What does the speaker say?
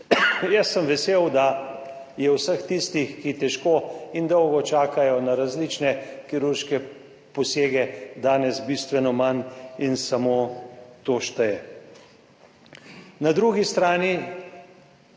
Jaz sem vesel, da je vseh tistih, ki težko in dolgo čakajo na različne kirurške posege, danes bistveno manj in samo to šteje. Na drugi strani